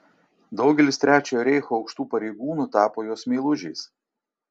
daugelis trečiojo reicho aukštų pareigūnų tapo jos meilužiais